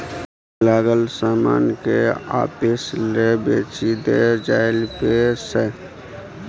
बन्हकी लागल समान केँ आपिस लए बेचि देल जाइ फेर सँ